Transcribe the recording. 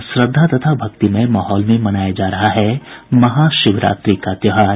और श्रद्धा तथा भक्तिमय माहौल में मनाया जा रहा है महाशिवरात्रि का त्योहार